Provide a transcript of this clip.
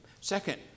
Second